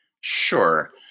Sure